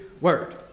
word